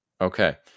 okay